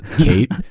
Kate